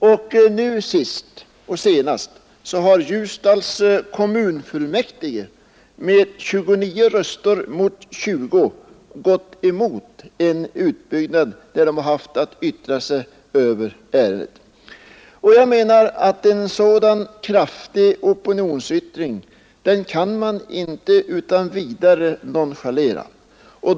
Och senast har Ljusdals kommunfullmäktige med 29 röster mot 20 gått emot en utbyggnad, när fullmäktige haft att yttra sig över ärendet. Jag menar att en sådan kraftig opinionsyttring kan man inte utan vidare nonchalera.